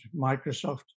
Microsoft